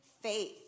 faith